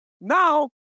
Now